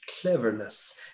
cleverness